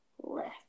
left